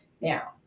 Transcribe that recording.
now